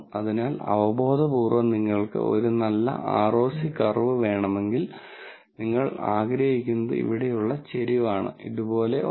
അതിനാൽ അവബോധപൂർവ്വം നിങ്ങൾക്ക് ഒരു നല്ല ROC കർവ് വേണമെങ്കിൽ നിങ്ങൾ ആഗ്രഹിക്കുന്നത് ഇവിടെയുള്ള ചരിവാണ് ഇതുപോലുള്ള ഒന്ന്